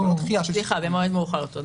נכון, במועד מאוחר יותר.